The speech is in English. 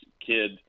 kid